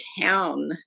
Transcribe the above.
town